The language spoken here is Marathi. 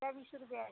त्या वीस रुपयाच्या